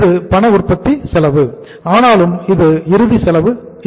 இது பண உற்பத்தி செலவு ஆனாலும் இது இறுதி செலவு அல்ல